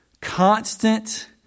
constant